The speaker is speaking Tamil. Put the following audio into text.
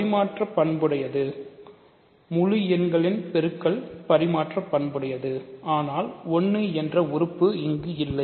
இது பரிமாற்ற பண்புடையது முழு எண் பெருக்கல் பரிமாற்ற பண்புடையது ஆனால் 1 என்ற உறுப்பு இங்கு இல்லை